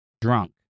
drunk